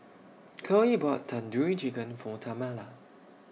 Khloe bought Tandoori Chicken For Tamala